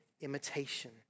imitation